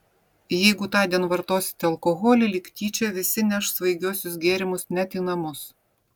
jeigu tądien vartosite alkoholį lyg tyčia visi neš svaigiuosius gėrimus net į namus